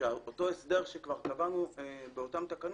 שאותו הסדר שכבר קבענו באותן תקנות,